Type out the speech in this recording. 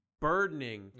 burdening